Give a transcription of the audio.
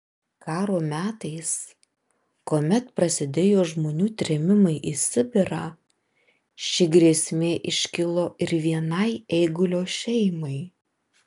karo metais kuomet prasidėjo žmonių trėmimai į sibirą ši grėsmė iškilo ir vienai eigulio šeimai